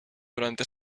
durante